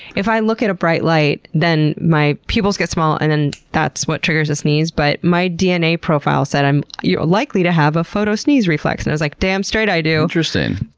if i look at a bright light then my pupils get small and then that's what triggers the sneeze. but my dna profile said, you're likely to have a photo-sneeze reflex. and i was like, damn straight i do! interesting!